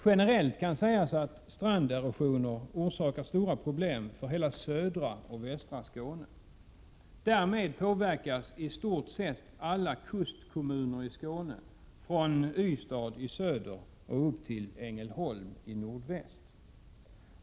Generellt kan sägas att stranderosioner orsakar stora problem för hela södra och västra Skåne. Därmed påverkas i stort sett alla kustkommuner i Skåne från Ystad i söder upp till Ängelholm i nordväst.